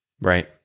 Right